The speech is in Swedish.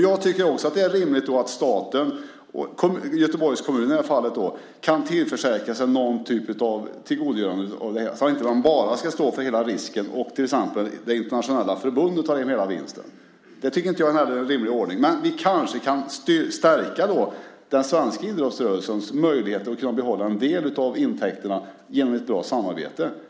Jag tycker att det då är rimligt att staten och, i det här fallet, Göteborgs kommun kan tillförsäkra sig någon typ av tillgodogörande här så att de inte bara ska stå för hela risken medan till exempel det internationella förbundet tar hem hela vinsten. Det tycker inte jag är en rimlig ordning. Men kanske kan vi stärka den svenska idrottsrörelsens möjligheter att behålla en del av intäkterna genom ett bra samarbete.